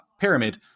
pyramid